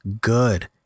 good